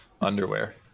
underwear